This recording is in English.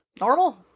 normal